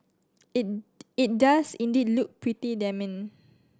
it it does indeed look pretty damning